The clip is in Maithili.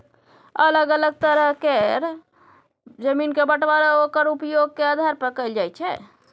अलग अलग तरह केर जमीन के बंटबांरा ओक्कर उपयोग के आधार पर कएल जाइ छै